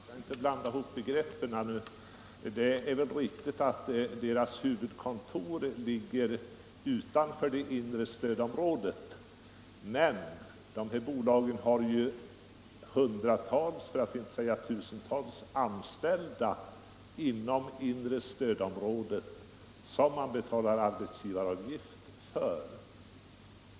Herr talman! Vi skall inte blanda ihop begreppen, herr Nordgren. Det är riktigt att t.ex. Bergvik & Alas huvudkontor ligger utanför det inre stödområdet, men de här bolagen har hundratals anställda inom det inre stödområdet som de betalar arbetsgivaravgift för.